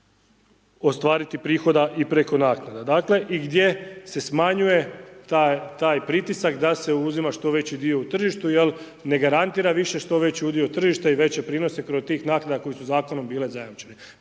ostvariti prihoda i preko naknada. Dakle i gdje se smanjuje taj pritisak, da se uzima što veći dio u tržištu jer ne garantira više što veći udio tržišta i veće prinose kod tih naknada koje su zakonom bile zajamčene,